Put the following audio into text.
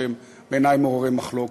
שהם בעיני מעוררי מחלוקת.